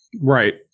Right